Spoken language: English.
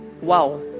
Wow